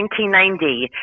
1990